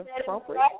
appropriate